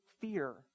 fear